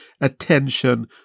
attention